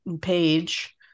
page